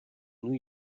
new